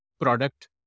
product